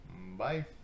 Bye